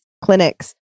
clinics